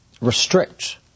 restrict